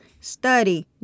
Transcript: Study